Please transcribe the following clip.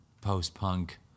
post-punk